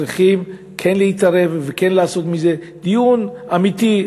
אנחנו צריכים כן להתערב וכן לעשות מזה דיון אמיתי,